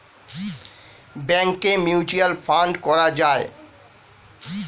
ব্যাংকে mutual fund করা যায়